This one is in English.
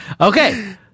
Okay